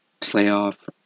playoff